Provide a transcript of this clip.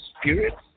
spirit